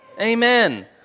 amen